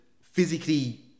physically